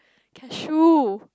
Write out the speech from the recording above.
cashew